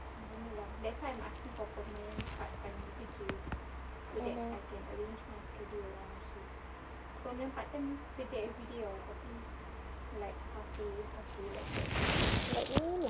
I know